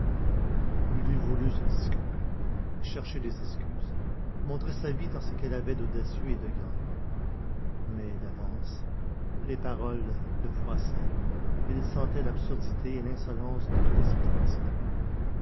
il eût voulu se disculper chercher des excuses montrer sa vie dans ce qu'elle avait d'audacieux et de grand mais d'avance les paroles le froissaient et il sentait l'absurdité et l'insolence de toute explication